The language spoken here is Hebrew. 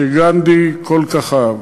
שגנדי כל כך אהב.